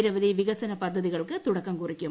നിരവധി വികസന പദ്ചതികൾക്ക് തുടക്കം കുറിക്കും